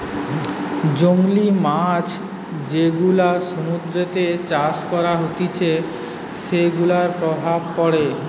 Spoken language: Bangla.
জংলী মাছ যেগুলা সমুদ্রতে চাষ করা হতিছে সেগুলার প্রভাব পড়ে